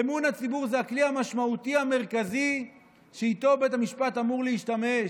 אמון הציבור זה הכלי המשמעותי המרכזי שבו בית המשפט אמור להשתמש.